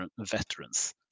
veterans